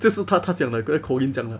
这是她她讲的跟 colin 讲的